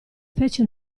fece